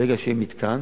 ברגע שיהיה מתקן